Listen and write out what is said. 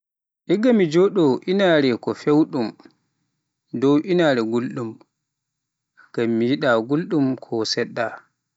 Igga mi joɗo inaare ko fewɗum dow inaare gulɗum, ngam mi yiɗa gulɗum ko seɗɗa.